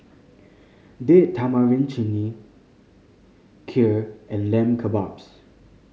Date Tamarind Chutney Kheer and Lamb Kebabs